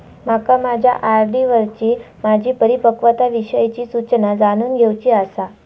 माका माझ्या आर.डी वरची माझी परिपक्वता विषयची सूचना जाणून घेवुची आसा